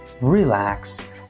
relax